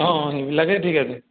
অঁ এইবিলাকেই ঠিক আছে